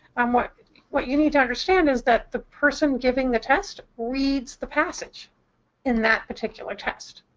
um what what you need to understand is that the person giving the test reads the passage in that particular test.